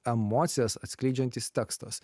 emocijas atskleidžiantis tekstas